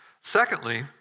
Secondly